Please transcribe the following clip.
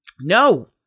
no